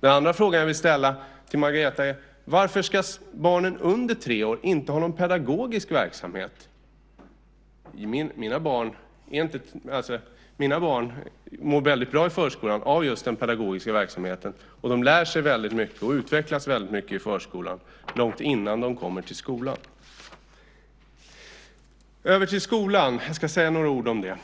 Den andra frågan jag vill ställa till Margareta är: Varför ska barn under tre år inte ha någon pedagogisk verksamhet? Mina barn mår väldigt bra i förskolan av just den pedagogiska verksamheten. De lär sig väldigt mycket och utvecklas väldigt mycket i förskolan långt innan de kommer till skolan. Låt mig gå över till skolan. Jag ska säga några ord om den,